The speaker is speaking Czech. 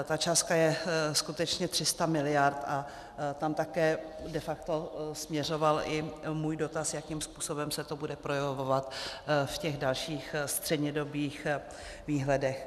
Ta částka je skutečně 300 mld. a tam také de facto směřoval i můj dotaz, jakým způsobem se to bude projevovat v dalších střednědobých výhledech.